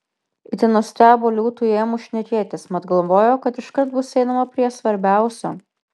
itin nustebo liūtui ėmus šnekėtis mat galvojo kad iškart bus einama prie svarbiausio